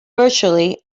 virtually